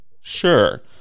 Sure